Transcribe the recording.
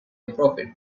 profit